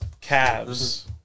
calves